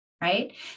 right